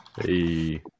hey